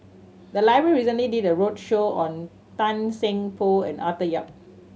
the library recently did a roadshow on Tan Seng Poh and Arthur Yap